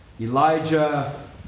Elijah